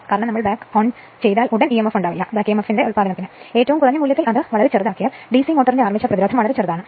കാരണം നമ്മൾ back on ചെയ്താൽ ഉടൻ emf ഉണ്ടാകില്ല ഏറ്റവും കുറഞ്ഞ മൂല്യത്തിൽ അത് വളരെ ചെറുതാക്കിയാൽ DC മോട്ടോറിന്റെ അർമേച്ചർ പ്രതിരോധം വളരെ ചെറുതാണ്